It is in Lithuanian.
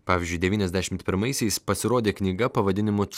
pavyzdžiui devyniasdešim pirmaisiais pasirodė knyga pavadinimu